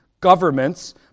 governments